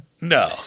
no